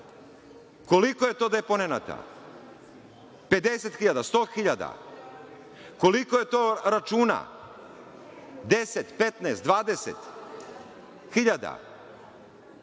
koliko je to deponenata? Dakle, 50.000, 100.000, koliko je to računa, 10, 15, 20.000